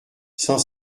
cent